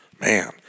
man